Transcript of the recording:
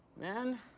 man.